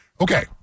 Okay